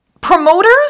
Promoters